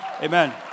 Amen